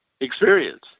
experience